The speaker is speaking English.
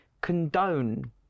condone